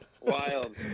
Wild